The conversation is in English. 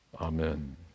Amen